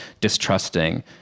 distrusting